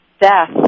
death